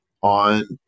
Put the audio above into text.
on